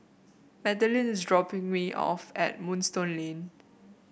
Madilyn is dropping me off at Moonstone Lane